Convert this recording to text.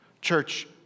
Church